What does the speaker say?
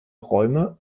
räume